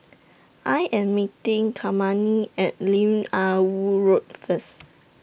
I Am meeting Kymani At Lim Ah Woo Road First